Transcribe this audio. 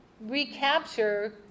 recapture